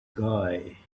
guy